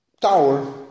tower